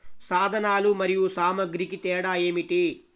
సాధనాలు మరియు సామాగ్రికి తేడా ఏమిటి?